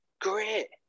Great